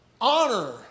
honor